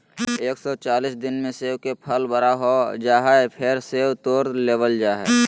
एक सौ चालीस दिना मे सेब के फल बड़ा हो जा हय, फेर सेब तोड़ लेबल जा हय